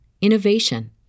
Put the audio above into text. innovation